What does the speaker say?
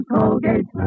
Colgate